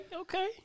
okay